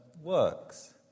works